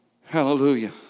hallelujah